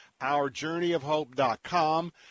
OurJourneyOfHope.com